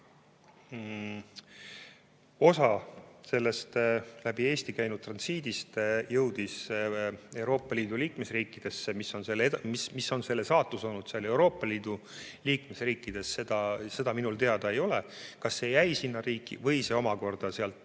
osa sellest läbi Eesti läinud transiidist jõudis [teistesse] Euroopa Liidu liikmesriikidesse. Mis on selle saatus olnud nendes Euroopa Liidu liikmesriikides, seda minule teada ei ole, kas see jäi sinna riiki või liikus omakorda sealt